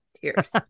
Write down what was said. Tears